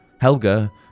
Helga